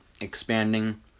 expanding